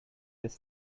this